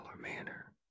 manner